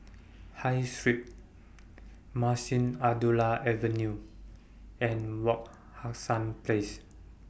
High Street Munshi Abdullah Avenue and Wak Hassan Place